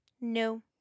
No